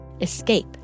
Escape